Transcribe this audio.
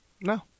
No